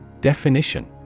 Definition